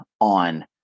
on